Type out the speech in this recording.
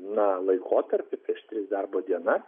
na laikotarpį prieš tris darbo diena